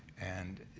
and,